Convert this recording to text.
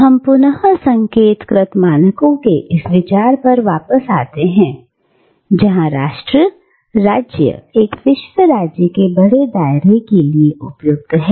हम पुनः संकेत कृत मानकों के इस विचार पर वापस आते हैं जहां राष्ट्र राज्य एक विश्व राज्य के बड़े दायरे के लिए उपयुक्त है